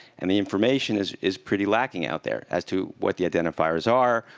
and the information is is pretty lacking out there, as to what the identifiers are,